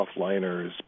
softliners